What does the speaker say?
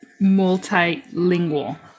multilingual